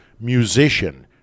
musician